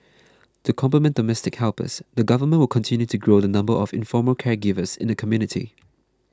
to complement domestic helpers the government will continue to grow the number of informal caregivers in the community